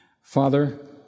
Father